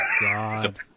God